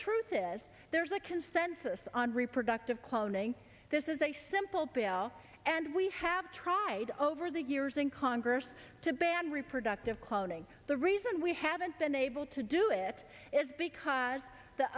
truth is there's a consensus on reproductive cloning this is a simple pail and we have tried over the years in congress to ban reproductive cloning the reason we haven't been able to do it is because the